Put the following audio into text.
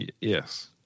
Yes